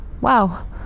Wow